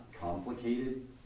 complicated